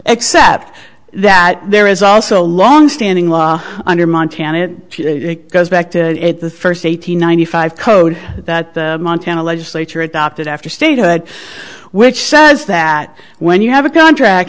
except that there is also a longstanding law under montana it goes back to the first eight hundred ninety five code that montana legislature adopted after statehood which says that when you have a contract